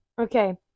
Okay